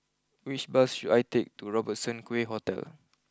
which bus should I take to Robertson Quay Hotel